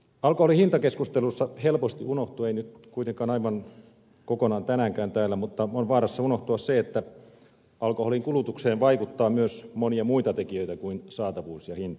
alkoholin hintakeskustelussa helposti on vaarassa unohtua ei nyt kuitenkaan aivan kokonaan unohdu tänäänkään täällä se että alkoholin kulutukseen vaikuttavat myös monet muut tekijät kuin saatavuus ja hinta